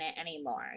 anymore